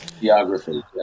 Geography